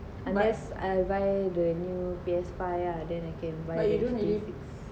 unless I'll buy the new P_S five ah then I came by you